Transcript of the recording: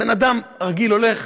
בן אדם רגיל הולך,